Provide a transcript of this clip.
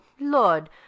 lord